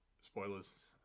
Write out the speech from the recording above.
Spoilers